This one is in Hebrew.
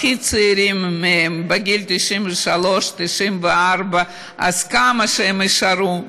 הכי צעירים מהם הם בגיל 93 94. אז כמה שהם יישארו,